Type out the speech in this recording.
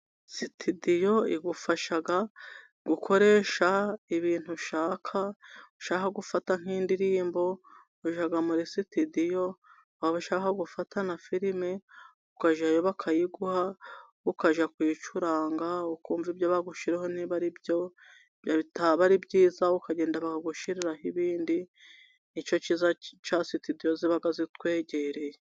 Situdiyo igufasha gukoresha ibintu ushaka, ushaka gufata nk'indirimbo ujyaga muri situdiyo. Waba ushaka gufata na filime ukajyayo bakayiguha ukajya kuyicuranga, ukumva ibyo bagushyiriyeho niba ari byo bitaba ari byiza ukagenda bakagushiriraho ibindi. kizaca setudioze bakazitwegereye